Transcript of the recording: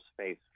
space